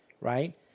right